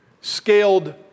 scaled